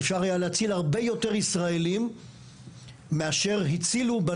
אפשר היה להציל בנגב המערבי הרבה יותר ישראלים מאשר הצילו.